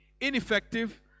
ineffective